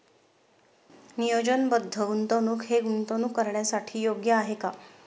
नियोजनबद्ध गुंतवणूक हे गुंतवणूक करण्यासाठी योग्य आहे का?